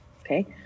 okay